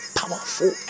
powerful